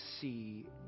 see